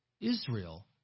Israel